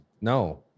No